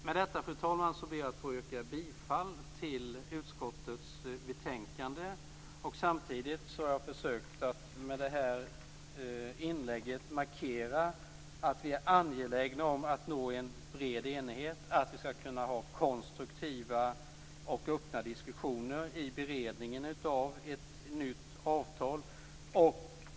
Med detta, fru talman, ber jag att få yrka bifall till utskottets hemställan. Samtidigt har jag försökt att med detta inlägg markera att vi är angelägna om att nå en bred enighet och att kunna ha konstruktiva och öppna diskussioner i beredningen av ett nytt avtal.